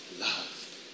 love